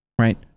right